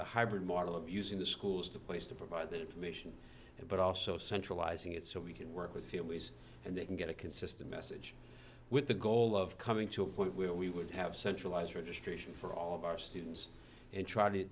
the hybrid model of using the schools the place to provide that information but also centralizing it so we can work with families and they can get a consistent message with the goal of coming to a point where we would have centralized registration for all of our students and try to